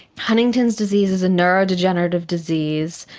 huntington's disease is a neurodegenerative disease,